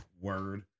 Word